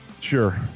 sure